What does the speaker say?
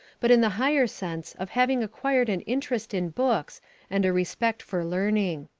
but in the higher sense of having acquired an interest in books and a respect for learning.